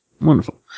Wonderful